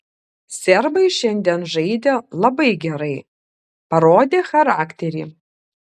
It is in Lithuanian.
serbai šiandien žaidė labai gerai parodė charakterį